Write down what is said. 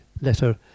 letter